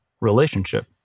relationship